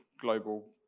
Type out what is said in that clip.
global